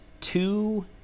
two